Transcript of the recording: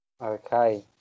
Okay